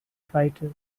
fighter